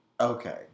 Okay